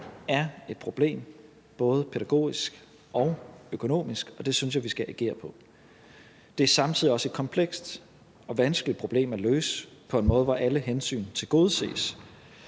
er et problem både pædagogisk og økonomisk, og det synes jeg vi skal reagere på. Det er samtidig også et komplekst og vanskeligt problem at løse på en måde, hvor alle hensyn tilgodeses.